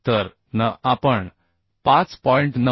तर n आपण 5